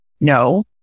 No